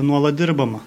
nuolat dirbama